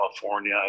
California